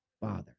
Father